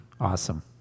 Awesome